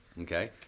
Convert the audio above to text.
Okay